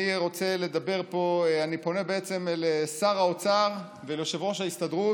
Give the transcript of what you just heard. אני פונה לשר האוצר וליושב-ראש ההסתדרות,